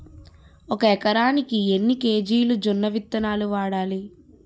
ఒక ఎకరానికి ఎన్ని కేజీలు జొన్నవిత్తనాలు వాడాలి?